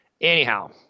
Anyhow